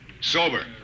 Sober